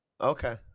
Okay